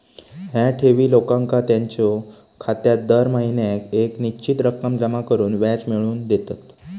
ह्या ठेवी लोकांका त्यांच्यो खात्यात दर महिन्याक येक निश्चित रक्कम जमा करून व्याज मिळवून देतत